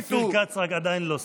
אופיר כץ עדיין לא שר.